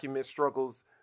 struggles